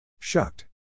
Shucked